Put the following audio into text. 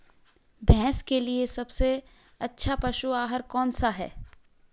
भैंस के लिए सबसे अच्छा पशु आहार कौनसा है?